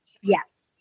Yes